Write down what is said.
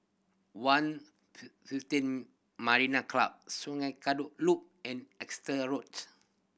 One Fifteen Marina Club Sungei Kadut Loop and Exeter Roads